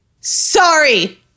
sorry